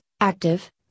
active